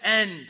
end